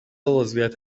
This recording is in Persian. عضویت